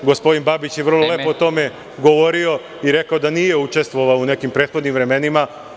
Gospodin Babić je vrlo lepo o tome govorio i rekao da nije učestvovao u nekim prethodnim vremenima.